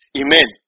amen